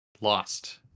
lost